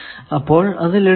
അപ്പോൾ അത് ലളിതമായി